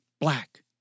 Black